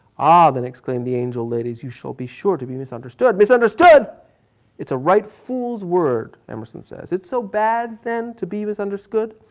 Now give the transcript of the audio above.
ah, the next claimed the angel ladies, you shall be sure to be misunderstood. misunderstood it's a right fool's word, emerson says. it's so bad then to be misunderstood?